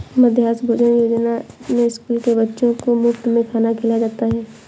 मध्याह्न भोजन योजना में स्कूल के बच्चों को मुफत में खाना खिलाया जाता है